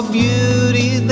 beauty